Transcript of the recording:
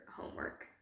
homework